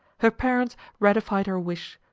her parents ratified her wish,